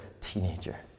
teenager